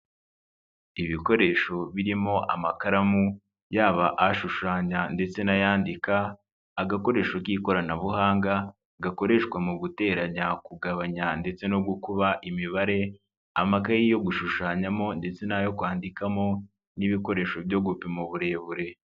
Ibikoresho birimo amakaramu yab ashushanya ndetse nay'andika, agakoresho k'ikoranabuhanga gakoreshwa mu kugabanya ndetse no gukuba imibare, amakaye yo gushushanyamo ndetse n'ayo kwandikamo n'ibikoresho byo gupima uburebure.